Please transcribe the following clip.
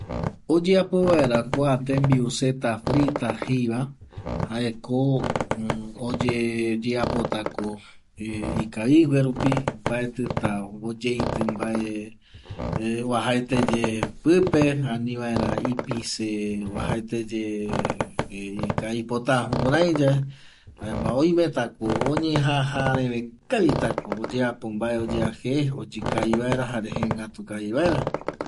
Oyeapo vaera kua tembiu zeta frita jeiva jaeko oyeapotako ikavigue rupi mbaetƚta oyeitƚ oajaete pƚpe anivaera ipise oajaeteye ikavipota jukuraiyae jaema oimetakomoñejaja reve kavitako oyeapo mbae oyea je oyƚ kavi vaera jare jengätu kavi vaera